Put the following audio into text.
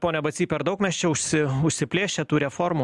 pone bacy per daug mes čia užsi užsiplėšę tų reformų